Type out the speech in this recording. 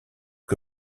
que